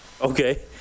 okay